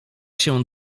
się